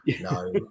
No